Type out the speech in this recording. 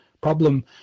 problem